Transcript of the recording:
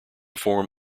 form